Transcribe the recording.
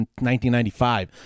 1995